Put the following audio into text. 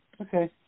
Okay